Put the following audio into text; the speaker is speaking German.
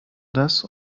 das